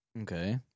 Okay